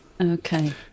Okay